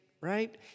right